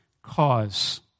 cause